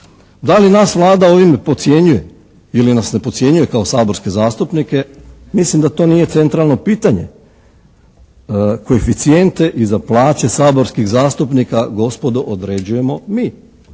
Da li nas Vlada ovim podcjenjuje ili nas ne podcjenjuje kao saborske zastupnike, mislim da to nije centralno pitanje. Koeficijente i za plaće saborskih zastupnika gospodo određujemo mi,